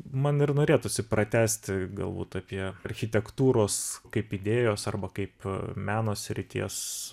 man ir norėtųsi pratęsti galbūt apie architektūros kaip idėjos arba kaip meno srities